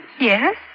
Yes